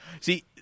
See